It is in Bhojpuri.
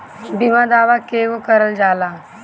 बीमा दावा केगा करल जाला?